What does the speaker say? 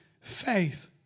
faith